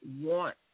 want